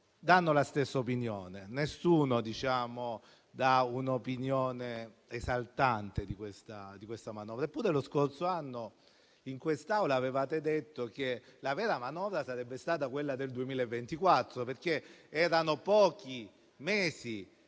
danno la stessa opinione. Nessuno dà un'opinione esaltante di questa manovra. Eppure lo scorso anno in quest'Aula avevate detto che la vera manovra sarebbe stata quella del 2024, perché governavate da pochi mesi,